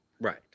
Right